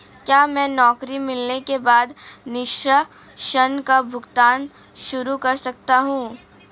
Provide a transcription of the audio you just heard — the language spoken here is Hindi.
क्या मैं नौकरी मिलने के बाद शिक्षा ऋण का भुगतान शुरू कर सकता हूँ?